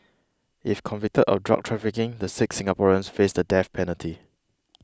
if convicted of drug trafficking the six Singaporeans face the death penalty